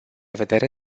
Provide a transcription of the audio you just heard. vedere